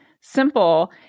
simple